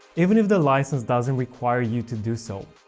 even if the license doesn't require you to do so.